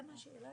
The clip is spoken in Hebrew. השאלה